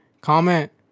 comment